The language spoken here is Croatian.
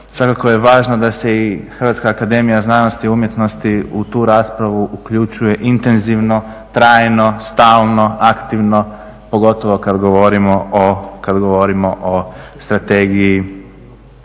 svakako je važno da se i HAZU u tu raspravu uključuje intenzivno, trajno, stalno, aktivno, pogotovo kad govorimo o strategiji